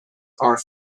are